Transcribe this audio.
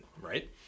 right